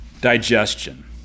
digestion